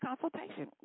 consultation